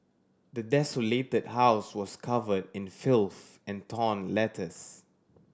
the desolated house was covered in filth and torn letters